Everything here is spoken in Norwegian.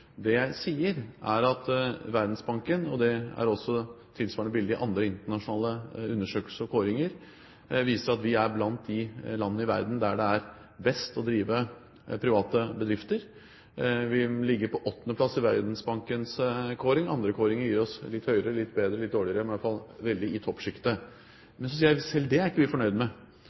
Det jeg sier, er at Verdensbanken viser – det er også tilsvarende bilde i andre internasjonale undersøkelser og kåringer – at vi er blant de land i verden der det er best å drive private bedrifter. Vi ligger på åttendeplass i Verdensbankens kåring. Andre kåringer gir oss litt høyere, litt bedre, litt dårligere skår – men vi er i hvert fall i toppsjiktet. Men så sier jeg at selv det er ikke vi fornøyd